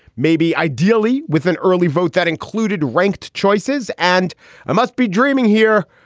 maybe ideally with an early vote that included ranked choices. and i must be dreaming here,